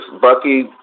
Bucky